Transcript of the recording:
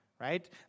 right